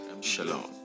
Shalom